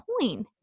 coin